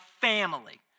family